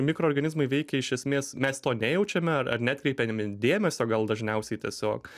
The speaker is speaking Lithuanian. mikroorganizmai veikia iš esmės mes to nejaučiame ar neatkreipiame dėmesio gal dažniausiai tiesiog